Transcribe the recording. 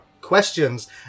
questions